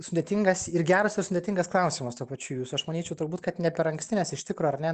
sudėtingas ir geras ir sudėtingas klausimas tuo pačiu jūsų aš manyčiau turbūt kad ne per anksti nes iš tikro ar ne